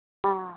آ